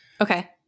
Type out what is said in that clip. Okay